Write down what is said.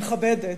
היא מכבדת.